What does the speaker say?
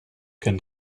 can